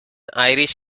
irish